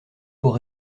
pour